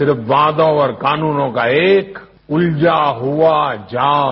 सिर्फ वायदों और कानूनों का एक उलझा हुआ जाल